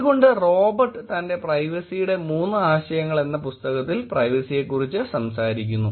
അതുകൊണ്ട് റോബർട്ട് തന്റെ പ്രൈവസിയുടെ മൂന്ന് ആശയങ്ങൾ എന്ന പുസ്തകത്തിൽ പ്രൈവസിയെക്കുറിച്ച് സംസാരിക്കുന്നു